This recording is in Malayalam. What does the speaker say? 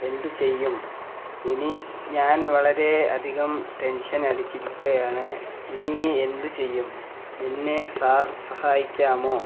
എന്തുചെയ്യും ഇനി ഞാൻ വളരെ അധികം ടെൻഷൻ അടിച്ചിരിക്കുകയാണ് ഇനി എന്ത് ചെയ്യും എന്നെ സാർ സഹായിക്കാമോ